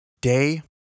Day